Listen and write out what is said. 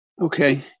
Okay